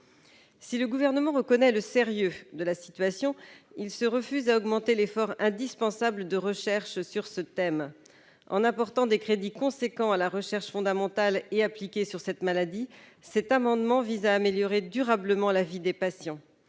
Si le Gouvernement reconnaît le sérieux de la situation, il se refuse à augmenter l'effort indispensable de recherche sur ce thème. En apportant des crédits importants à la recherche fondamentale et appliquée sur cette maladie, cet amendement vise à améliorer durablement la vie des patients.